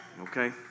okay